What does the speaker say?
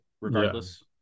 regardless